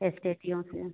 एस्टेडियों से